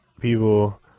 people